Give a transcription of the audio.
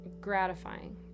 gratifying